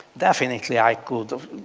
definitely i could.